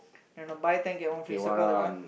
I don't know buy ten get one free circle that one